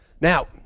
Now